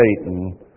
Satan